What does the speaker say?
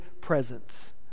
presence